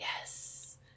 yes